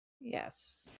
Yes